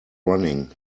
running